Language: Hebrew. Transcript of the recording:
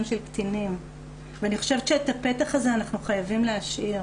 של קטינים ואני חושבת שאת הפתח הזה אנחנו חייבים להשאיר